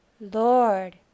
Lord